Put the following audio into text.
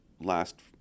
last